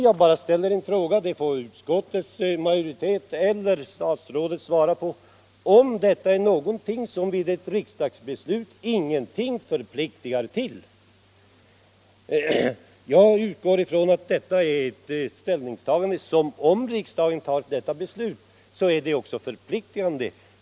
Jag vill ställa frågan — någon representant för utskottsmajoriteten eller statsrådet får svara på den: Är detta något som vid ett riksdagsbeslut ingenting förpliktar till? Jag utgår från att detta är ett ställningstagande som - om riksdagen fattar detta beslut — också är förpliktande.